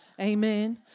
Amen